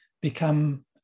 become